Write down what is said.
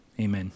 amen